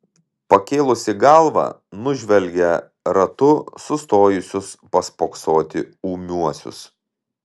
pakėlusi galvą nužvelgia ratu sustojusius paspoksoti ūmiuosius